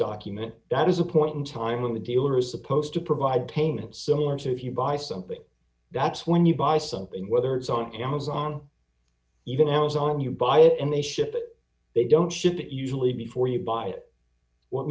document that is a point in time when the dealer is supposed to provide payment similar to if you buy something that's when you buy something whether it's on amazon even ells on you buy it and they ship it they don't ship it usually before you buy it w